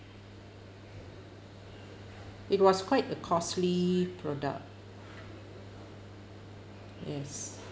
it was quite a costly product yes